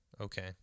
Okay